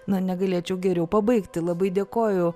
na negalėčiau jau pabaigti labai dėkoju